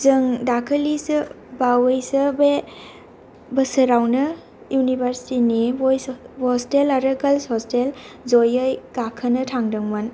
जों दाखालिसो बावैसो बे बोसोरावनो इउनिबारसिथिनि बयस हस्थेल आरो गार्लमस हस्थेल जयै गाखोनो थांदोंमोन